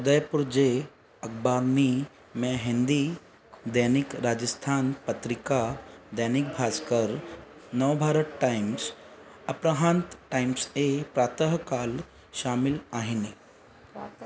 उदयपुर जे अखबामी में हिंदी दैनिक राजस्थान पत्रिका दैनिक भास्कर नवभारत टाइम्स अपराहंत टाइम्स ऐं प्रातकाल शामिलु आहिनि